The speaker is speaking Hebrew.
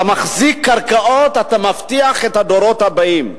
אתה מחזיק קרקעות, אתה מבטיח את הדורות הבאים,